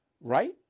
right